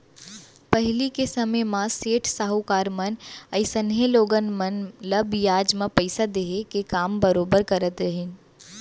पहिली के समे म सेठ साहूकार मन अइसनहे लोगन मन ल बियाज म पइसा देहे के काम बरोबर करत रहिन